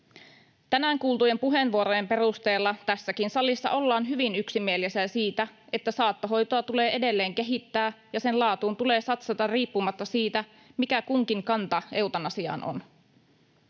Tänään kuultujen puheenvuorojen perusteella tässäkin salissa ollaan hyvin yksimielisiä siitä, että saattohoitoa tulee edelleen kehittää ja sen laatuun tulee satsata riippumatta siitä, mikä kunkin kanta eutanasiaan on.